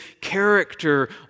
character